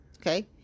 Okay